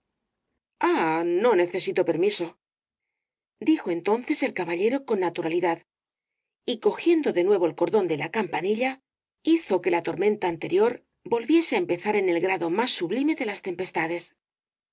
no necesito permiso dijo entonces el caballero con naturalidad y cogiendo de nuevo el cordón de la campanilla hizo que la tormenta anterosalía de castro rior volviese á empezar en el grado más sublime de las tempestades